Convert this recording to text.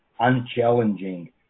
unchallenging